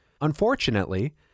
Unfortunately